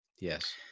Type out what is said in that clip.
yes